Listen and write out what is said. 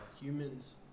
humans